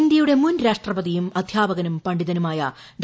ഇന്ത്യയുടെ മുൻ രാഷ്ട്രപതിയും അദ്ധ്യാപകനും പണ്ഡിതനുമായ ഡോ